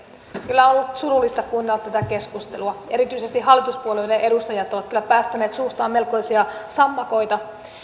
kyllä on ollut surullista kuunnella tätä keskustelua erityisesti hallituspuolueiden edustajat ovat kyllä päästäneet suustaan melkoisia sammakoita